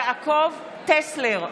מצביע יעקב טסלר,